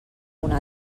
una